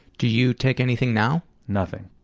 do you take anything now? nothing.